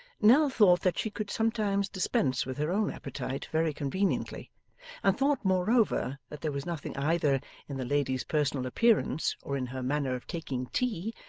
nell thought that she could sometimes dispense with her own appetite very conveniently and thought, moreover, that there was nothing either in the lady's personal appearance or in her manner of taking tea,